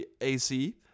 ac